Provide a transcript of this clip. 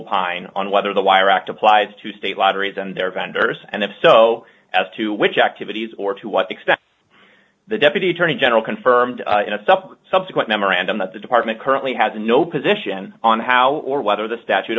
opine on whether the wire act applies to state lotteries and their vendors and if so as to which activities or to what extent the deputy attorney general confirmed in a separate subsequent memorandum that the department currently has no position on how or whether the statute